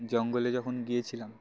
জঙ্গলে যখন গিয়েছিলাম